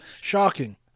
Shocking